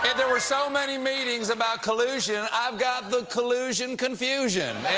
ah there were so many meetings about collusion, i've got the collusion confusion.